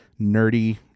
nerdy